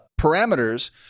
parameters